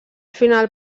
final